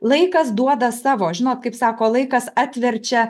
laikas duoda savo žinot kaip sako laikas atverčia